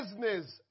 Business